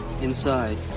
Inside